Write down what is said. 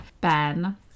Ben